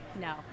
No